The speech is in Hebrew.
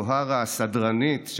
זוהרה הסדרנית,